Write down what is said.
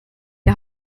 jag